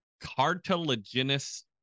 cartilaginous